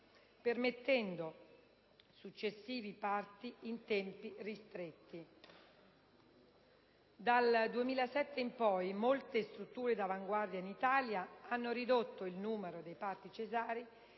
permettendo successivi parti in tempi ristretti. Dal 2007 in poi molte strutture d'avanguardia in Italia hanno ridotto il numero dei parti cesarei